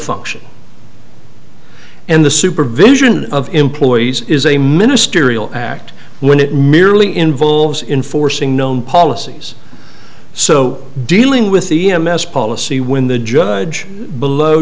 function and the supervision of employees is a ministerial act when it merely involves inforcing known policies so dealing with e m s policy when the judge below